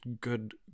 good